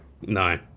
No